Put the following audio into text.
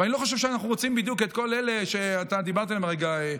ואני לא חושב שאנחנו רוצים בדיוק את כל אלה שאתה דיברת עליהם הרגע,